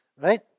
right